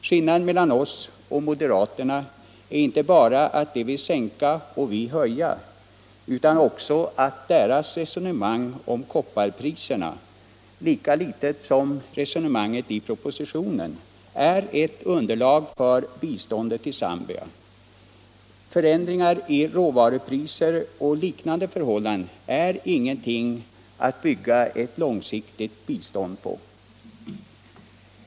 Skillnaden mellan oss och moderaterna är inte bara att de vill sänka och vi höja — utan också att deras resonemang om kopparpriserna, lika litet som resonemanget i propositionen, inte är ett underlag för bedömningen av biståndet till Zambia. Förändringar i råvarupriser och liknande förhållanden är ingenting att bygga ett långsiktigt bistånd på.